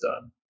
done